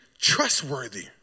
trustworthy